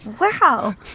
Wow